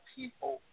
people